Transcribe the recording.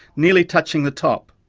nearly touching the top.